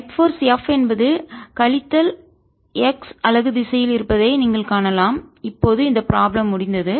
net force நிகர விசை F என்பது கழித்தல் x அலகு திசையில் இருப்பதை நீங்கள் காணலாம் இப்போது இந்த ப்ராப்ளம் முடிந்தது